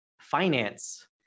finance